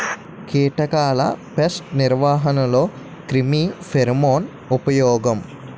కీటకాల పేస్ట్ నిర్వహణలో క్రిమి ఫెరోమోన్ ఉపయోగం